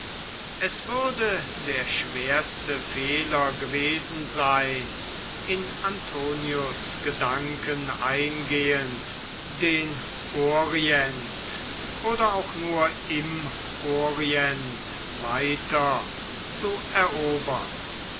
es würde der schwerste fehler gewesen sein in antonius gedanken eingehend den orient oder auch nur im orient weiter zu erobern